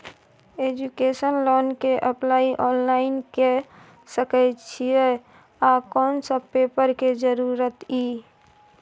Education loan के apply online के सके छिए आ कोन सब पेपर के जरूरत इ?